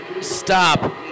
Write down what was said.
stop